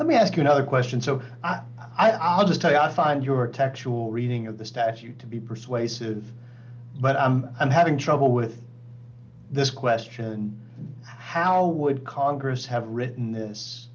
let me ask you another question so i was attacked i find your textual reading of the statute to be persuasive but i'm having trouble with this question how would congress have written this